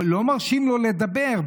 לא מרשים לו לדבר,